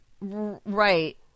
right